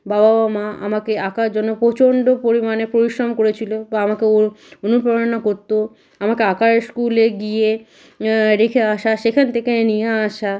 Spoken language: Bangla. বাবা বা মা আমাকে আঁকার জন্য প্রচন্ড পরিমাণে পরিশ্রম করেছিলো বা আমাকেও অনুপ্রেরণা করতো আমাকে আঁকার স্কুলে গিয়ে রেখে আসা সেখান থেকে নিয়ে আসা